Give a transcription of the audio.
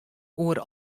oer